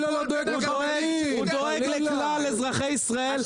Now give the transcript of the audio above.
הוא דואג לכלל אזרחי ישראל.